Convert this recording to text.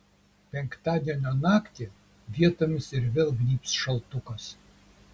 penktadienio naktį vietomis ir vėl gnybs šaltukas